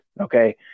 Okay